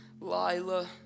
Lila